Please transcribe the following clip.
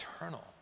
eternal